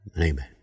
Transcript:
Amen